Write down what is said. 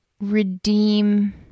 redeem